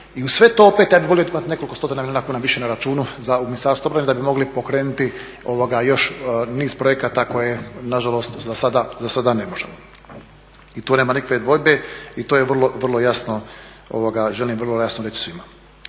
i uz sve to opet ja bih volio imati nekoliko stotina milijuna kuna više na računu u Ministarstvu obrane da bi mogli pokrenuti još niz projekata koje nažalost zasada ne možemo. I tu nema nikakve dvojbe i to je vrlo jasno, želim vrlo jasno reći svima.